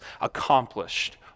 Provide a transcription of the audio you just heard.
Accomplished